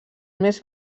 més